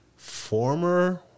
Former